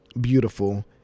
beautiful